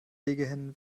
legehennen